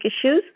issues